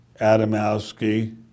Adamowski